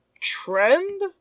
trend